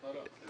לא, לא.